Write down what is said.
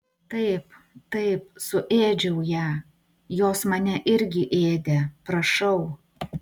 taip taip suėdžiau ją jos mane irgi ėdė prašau